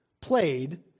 played